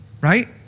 right